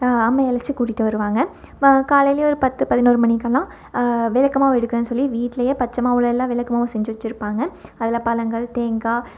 அம்மை அழைச்சி கூட்டிகிட்டு வருவாங்க காலையிலேயே ஒரு பத்து பதினொரு மணிக்கெல்லாம் விளக்கு மாவு எடுக்குறேன்னு சொல்லி வீட்லேயே பச்சை மாவுலயெல்லாம் விளக்கு மாவு செஞ்சு வச்சுருப்பாங்க அதில் பழங்கள் தேங்காய்